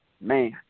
Man